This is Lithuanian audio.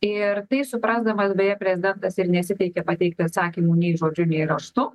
ir tai suprasdamas beje prezidentas ir nesiteikė pateikti atsakymų nei žodžiu nei raštu